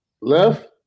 Left